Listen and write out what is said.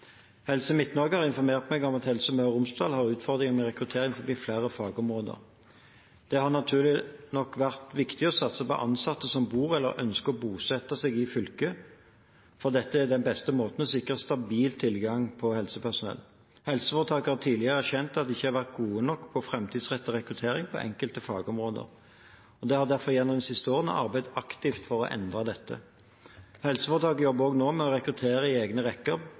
Helse Midt-Norge har informert meg om at Helse Møre og Romsdal har utfordringer med rekruttering innenfor flere fagområder. Det har naturlig nok vært viktig å satse på ansatte som bor eller ønsker å bosette seg i fylket, for dette er den beste måten å sikre stabil tilgang på helsepersonell på. Helseforetaket har tidligere erkjent at de ikke har vært gode nok på framtidsrettet rekruttering på enkelte fagområder. De har derfor gjennom de siste årene arbeidet aktivt for å endre dette. Helseforetaket jobber nå også med å rekruttere i egne rekker,